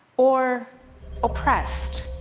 or oppressed,